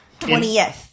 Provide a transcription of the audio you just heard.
20th